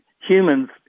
Humans